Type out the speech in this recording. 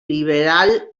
liberal